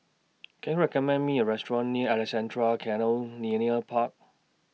Can YOU recommend Me A Restaurant near Alexandra Canal Linear Park